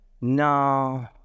No